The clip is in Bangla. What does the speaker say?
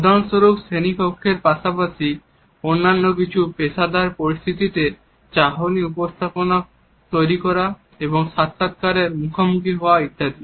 উদাহরণস্বরূপ শ্রেণী কক্ষের পাশাপাশি অন্যান্য কিছু পেশাদার পরিস্থিতিতে চাহনি উপস্থাপনা তৈরি করা এবং সাক্ষাৎকারের মুখোমুখি হওয়া ইত্যাদি